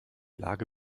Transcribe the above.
lage